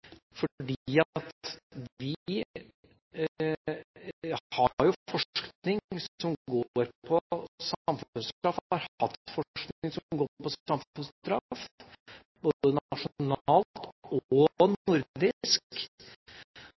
har forskning som går på samfunnsstraff, og har hatt forskning som går på samfunnsstraff, både nasjonalt og nordisk, og